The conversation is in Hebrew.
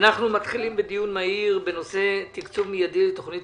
אנחנו מתחילים בדיון מהיר בנושא תקצוב מידי לתוכנית